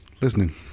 listening